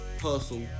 hustle